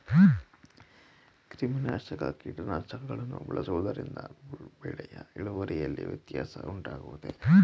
ಕ್ರಿಮಿನಾಶಕ ಕೀಟನಾಶಕಗಳನ್ನು ಬಳಸುವುದರಿಂದ ಬೆಳೆಯ ಇಳುವರಿಯಲ್ಲಿ ವ್ಯತ್ಯಾಸ ಉಂಟಾಗುವುದೇ?